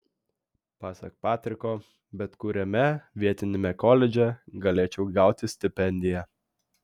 pasak patriko bet kuriame vietiniame koledže galėčiau gauti stipendiją